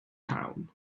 town